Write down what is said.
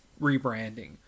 rebranding